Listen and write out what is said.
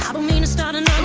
mean it's not in